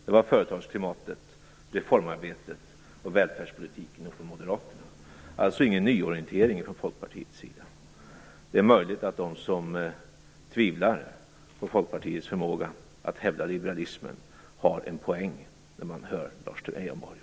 Det var företagsklimatet, reformarbetet och välfärdspolitiken ihop med Moderaterna! Det är alltså ingen nyorientering från Folkpartiets sida. Det är möjligt att de som tvivlar på Folkpartiets förmåga att hävda liberalismen har en poäng. Det verkar vara så när man hör Lars Leijonborg.